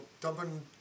dumping